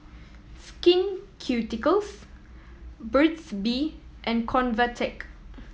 Skin Ceuticals Burt's Bee and Convatec